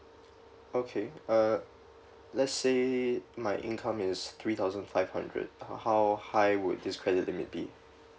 okay uh let's say my income is three thousand five hundred uh how high would this credit limit be